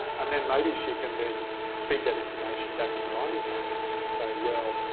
and then may be she can then feed that information back to the mining companies and say well,